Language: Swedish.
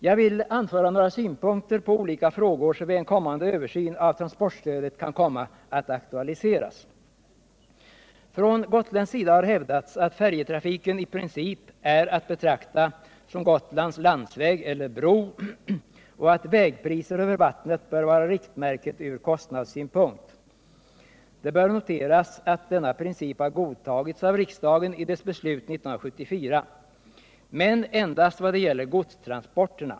Jag vill anföra några synpunkter på olika frågor som vid en kommande översyn av transportstödet kan komma att aktualiseras. Från gotländsk sida har hävdats att färjetrafiken i princip är att betrakta som Gotlands landsväg eller bro och att vägpriser över vattnet bör vara riktmärket ut kostnadssynpunkt. Det bör noteras att denna princip har godtagits av riksdagen i dess beslut 1974. Men endast vad det gäller godstransporterna.